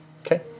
Okay